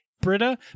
Britta